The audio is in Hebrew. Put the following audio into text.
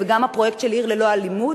גם הפרויקט של "עיר ללא אלימות",